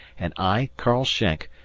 and i, karl schenk,